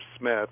smith